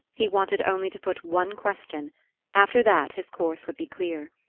he wanted only to put one question after that his course would be clear.